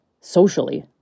socially